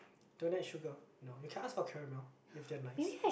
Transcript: don't add sugar no you can ask for caramel if they are nice